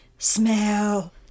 Smell